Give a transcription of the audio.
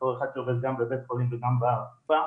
בתור אחד שעובד גם בבית החולים וגם בקופה.